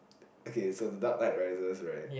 okay so the Dark Knight Rises right